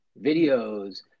videos